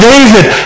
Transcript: David